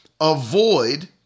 avoid